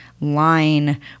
line